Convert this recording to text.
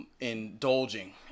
Indulging